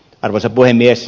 arvoisa puhemies